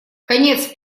конец